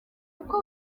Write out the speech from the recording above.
uko